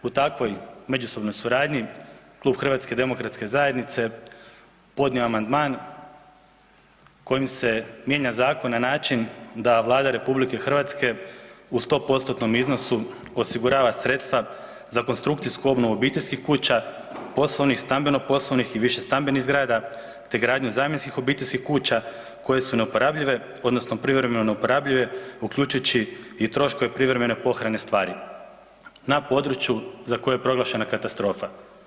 U takvoj međusobnoj suradnji Klub HDZ-a podnio je amandman kojim se mijenja zakon na način da Vlada RH u 100%-tnom iznosu osigurava sredstva za konstrukcijsku obnovu obiteljskih kuća, poslovnih, stambeno-poslovnih i višestambenih zgrada te gradnju zamjenskih obiteljskih kuća koje su neuporabljive odnosno privremeno neuporabljive uključujući i troškove privremene pohrane stvari na području za koje je proglašena katastrofa.